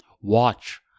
watch